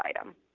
item